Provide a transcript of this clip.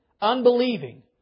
unbelieving